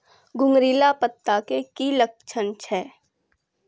घुंगरीला पत्ता के की लक्छण छै?